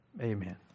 Amen